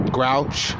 Grouch